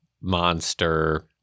monster